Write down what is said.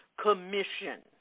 commission